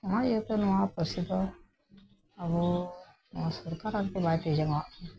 ᱚᱱᱟ ᱤᱭᱟᱹᱛᱮ ᱱᱚᱣᱟ ᱯᱟᱹᱨᱥᱤ ᱫᱚ ᱟᱵᱚ ᱱᱚᱣᱟ ᱥᱚᱨᱠᱟᱨ ᱟᱨ ᱠᱤ ᱵᱟᱭ ᱛᱤ ᱡᱟᱸᱜᱟᱣᱟᱜ ᱠᱟᱱᱟ